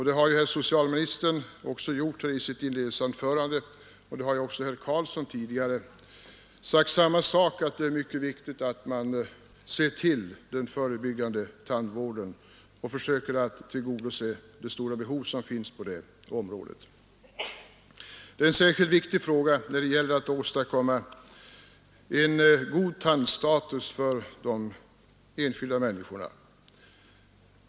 Det har herr socialministern också gjort i sitt inledningsanförande, och herr Carlsson i Vikmanshyttan har tidigare sagt samma sak — att det är viktigt att man försöker tillgodose det stora behov som finns av förebyggande vård. Det är en särskilt viktig fråga när det gäller att åstadkomma en god tandstatus för de enskilda människorna.